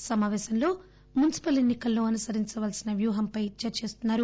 ఈ సమాపేశంలో మున్సిపల్ ఎన్నికల్లో అనుసరించాల్సిన వ్యూహంపై చర్చిస్తున్నారు